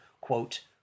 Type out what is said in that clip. quote